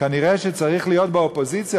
כנראה צריך להיות באופוזיציה,